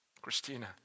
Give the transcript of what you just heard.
Christina